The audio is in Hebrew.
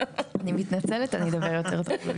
אני מתנצלת, אני אדבר יותר טוב.